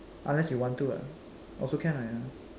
unless you want to lah also can lah ya lah